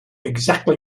exactly